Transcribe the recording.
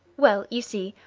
well, you see,